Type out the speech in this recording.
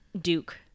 Duke